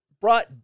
brought